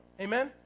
Amen